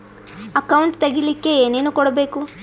Account ತೆಗಿಲಿಕ್ಕೆ ಏನೇನು ಕೊಡಬೇಕು?